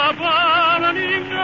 burning